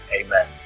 amen